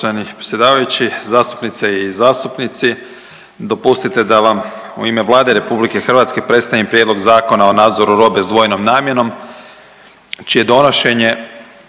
Hvala vam